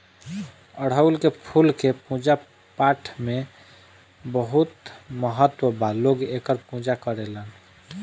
अढ़ऊल के फूल के पूजा पाठपाठ में बहुत महत्व बा लोग एकर पूजा करेलेन